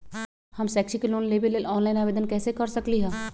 हम शैक्षिक लोन लेबे लेल ऑनलाइन आवेदन कैसे कर सकली ह?